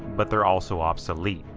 but they're also obsolete.